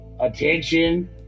attention